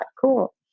cool